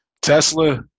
Tesla